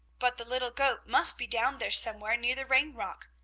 but the little goat must be down there somewhere near the rain-rock,